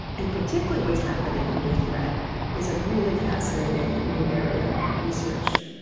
and particularly what's happening under threat is a really fascinating new area of of research.